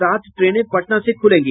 सात ट्रेनें पटना से खुलेगी